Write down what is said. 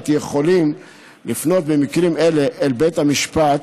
יכולים לפנות במקרים אלה אל בית המשפט,